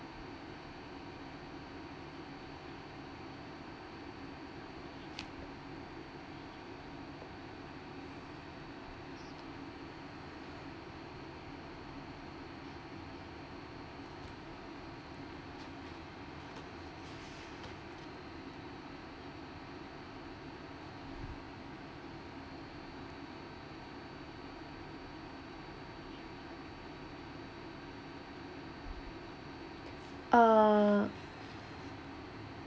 uh